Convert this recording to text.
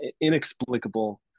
Inexplicable